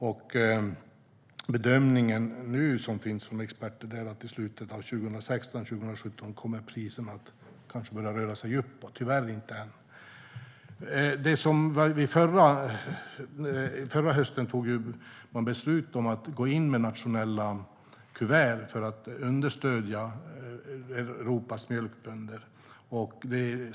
Den bedömning som experterna gör nu är att i slutet av 2016 eller 2017 kommer kanske priserna att börja röra sig uppåt, men tyvärr inte ännu. Förra hösten fattade man beslut om att gå in med nationella kuvert för att understödja Europas mjölkbönder.